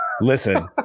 listen